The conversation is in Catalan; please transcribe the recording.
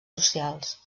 socials